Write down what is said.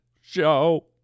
show